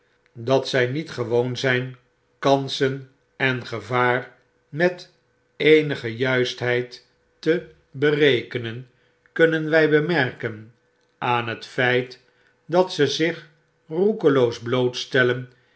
dat zy niet gewoon zyn kansen en gevaar met eenige juistheid te berekenen kunnen wy bemerken aan het feit dat ze zich roekeloos